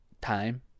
time